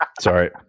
Sorry